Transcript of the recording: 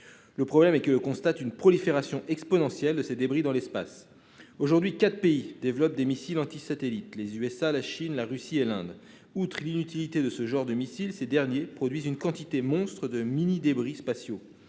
Le problème est que l'on constate une prolifération exponentielle de ces débris dans l'espace. Aujourd'hui, quatre pays développent des missiles antisatellites : les États-Unis, la Chine, la Russie et l'Inde. Outre qu'ils sont inutiles, les missiles de ce genre produisent une quantité monstre de mini-débris spatiaux.